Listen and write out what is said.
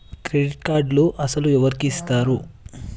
Credit కార్డులు అసలు ఎవరికి ఇస్తారు?